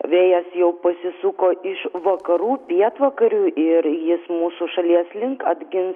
vėjas jau pasisuko iš vakarų pietvakarių ir jis mūsų šalies link atgins